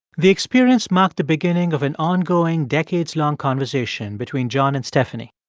the experience marked the beginning of an ongoing, decades-long conversation between john and stephanie